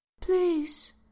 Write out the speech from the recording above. Please